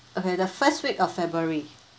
okay the first week of february